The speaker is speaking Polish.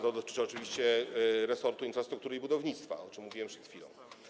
To dotyczy oczywiście resortu infrastruktury i budownictwa, o czym mówiłem przed chwilą.